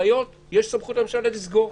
לפתוח אותה לחלוטין.